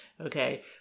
Okay